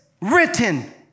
written